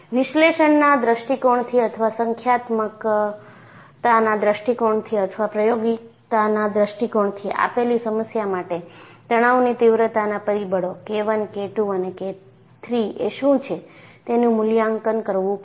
વિશ્લેષણના દૃષ્ટિકોણથી અથવા સંખ્યાત્મકતાના દૃષ્ટિકોણથી અથવા પ્રાયોગિકતાના દૃષ્ટિકોણથી આપેલી સમસ્યા માટે તણાવની તીવ્રતાના પરિબળો K 1 K 2 અને K 3 એ શું છે તેનું મૂલ્યાંકન કરવું પડશે